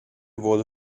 wurde